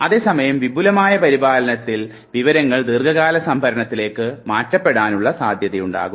അതേസമയം വിപുലമായ പരിപാലനത്തിൽ വിവരങ്ങൾ ദീർഘകാല സംഭരണത്തിലേക്ക് മാറ്റപ്പെടാനുള്ള സാധ്യതയുണ്ടാകുന്നു